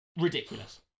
Ridiculous